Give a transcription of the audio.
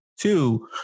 Two